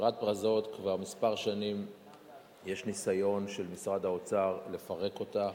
חברת "פרזות" כבר כמה שנים יש ניסיון של משרד האוצר לפרק אותה.